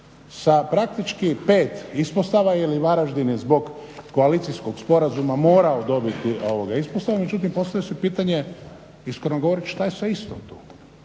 Sa praktički 5 ispostava jer Varaždin je zbog koalicijskog sporazuma morao dobiti ispostavu, međutim postavlja se pitanje iskreno govoreći što je sa Istrom tu?